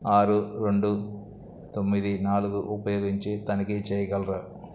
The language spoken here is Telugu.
ఆరు రెండు తొమ్మిది నాలుగు ఉపయోగించి తనిఖీ చేయగలరా